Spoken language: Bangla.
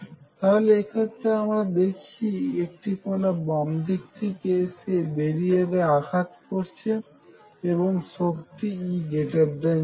তাহলে এক্ষেত্রে আমরা দেখেছি একটি কনা বামদিক থেকে এসে বেরিয়ারে আঘাত করছে এবং শক্তি E V0